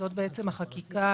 היא החקיקה